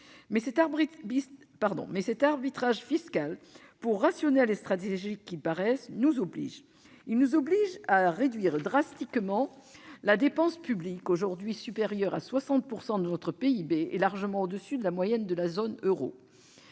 Mais cet arbitrage fiscal, pour rationnel et stratégique qu'il paraisse, nous oblige. Il nous oblige à réduire de manière draconienne la dépense publique, aujourd'hui supérieure à 60 % de notre PIB et largement au-dessus de la moyenne de la zone euro,